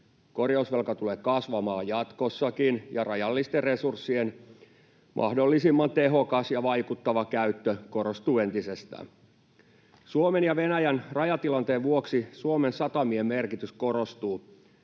Korjausvelka tulee kasvamaan jatkossakin, ja rajallisten resurssien mahdollisimman tehokas ja vaikuttava käyttö korostuu entisestään. Suomen ja Venäjän rajatilanteen vuoksi Suomen satamien merkitys korostuu.